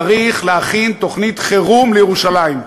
צריך להכין תוכנית חירום לירושלים,